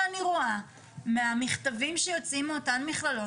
לפי המכתבים שיוצאים מאותן מכללות,